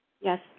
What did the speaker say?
Yes